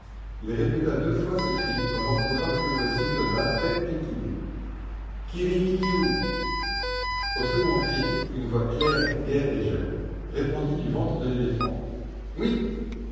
il répéta deux fois ce cri dont l'orthographe que voici donne à peine quelque idée kirikikiou au second cri une voix claire gaie et jeune répondit du ventre de l'éléphant oui